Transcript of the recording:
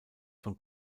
von